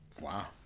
Wow